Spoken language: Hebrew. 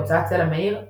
הוצאת סלע מאיר,